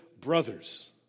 Brothers